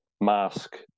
mask